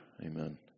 Amen